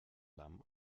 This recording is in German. lamm